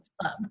club